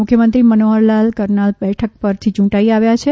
મુખ્યમંત્રી મનોફરલાલ કરનાલ બેઠક પરથી યૂંટાઇ આવ્યા છે